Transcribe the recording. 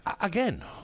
again